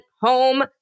home